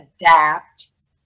adapt